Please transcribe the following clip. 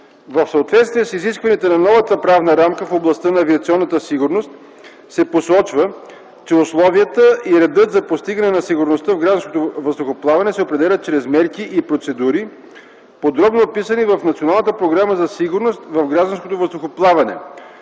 В съответствие с изискванията на новата правна рамка в областта на авиационната сигурност се посочва, че условията и редът за постигане на сигурността в гражданското въздухоплаване се определят чрез мерки и процедури, подробно описани в Националната програма